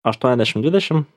aštuoniasdešim dvidešim